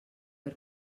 per